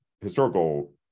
historical